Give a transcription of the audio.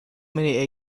many